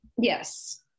yes